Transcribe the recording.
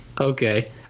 Okay